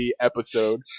episode